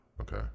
Okay